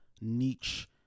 niche